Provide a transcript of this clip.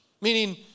Meaning